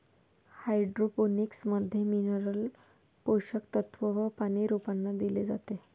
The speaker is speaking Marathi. हाइड्रोपोनिक्स मध्ये मिनरल पोषक तत्व व पानी रोपांना दिले जाते